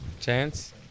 Chance